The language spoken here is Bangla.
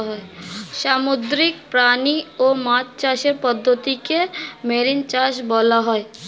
সামুদ্রিক প্রাণী ও মাছ চাষের পদ্ধতিকে মেরিন চাষ বলা হয়